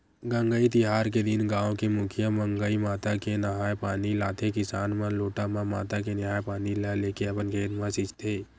गंगई तिहार के दिन गाँव के मुखिया गंगई माता के नंहाय पानी लाथे किसान मन लोटा म माता के नंहाय पानी ल लेके अपन खेत म छींचथे